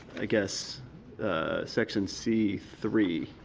i guess section c three